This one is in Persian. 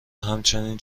همچین